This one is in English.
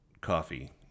coffee